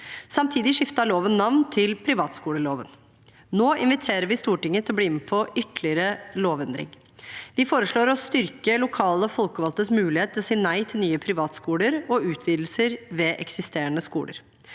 Samtidig skiftet loven navn til «privatskoleloven». Nå inviterer vi Stortinget til å bli med på ytterligere lovendringer. Vi foreslår å styrke lokale folkevalgtes mulighet til å si nei til nye privatskoler og utvidelser ved eksisterende skoler.